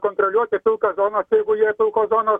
kontroliuoti pilkas zonas jeigu jie pilkos zonos